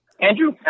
Andrew